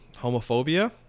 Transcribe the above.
homophobia